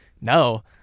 no